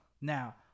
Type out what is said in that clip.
Now